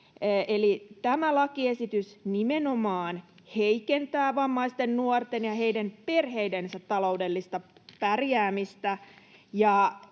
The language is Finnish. tämä lakiesitys nimenomaan heikentää vammaisten nuorten ja heidän perheidensä taloudellista pärjäämistä.